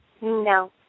No